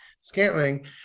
scantling